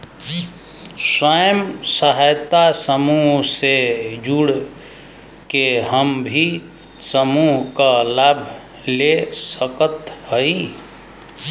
स्वयं सहायता समूह से जुड़ के हम भी समूह क लाभ ले सकत हई?